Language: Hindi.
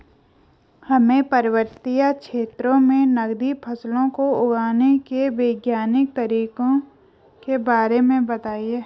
हमें पर्वतीय क्षेत्रों में नगदी फसलों को उगाने के वैज्ञानिक तरीकों के बारे में बताइये?